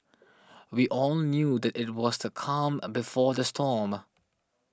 we all knew that it was the calm before the storm